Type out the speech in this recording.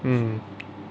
mm